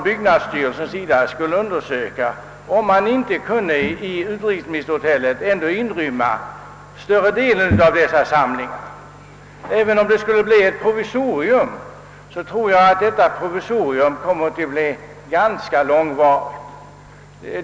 Byggnadsstyrelsen borde därför undersöka, om man inte i utrikesministerhotellet skulle kunna inrymma större delen av dessa samlingar. Även om detta skulle vara ett provisorium, tror jag ändå att det skulle bli ganska långvarigt.